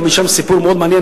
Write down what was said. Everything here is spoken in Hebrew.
גם שם יש סיפור מאוד מעניין,